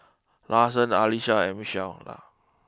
Lawson Alesha and Michaela